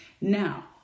Now